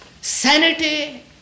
sanity